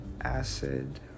acid